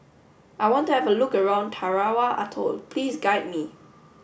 I want to have a look around Tarawa Atoll please guide me